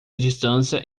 distância